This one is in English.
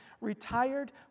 Retired